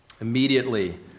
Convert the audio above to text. Immediately